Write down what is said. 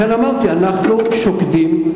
לכן אמרתי, אנחנו שוקדים.